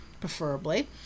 preferably